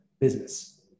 business